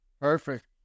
Perfect